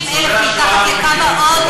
יש 50,000 מתחת לקו העוני.